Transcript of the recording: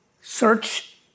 Search